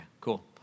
cool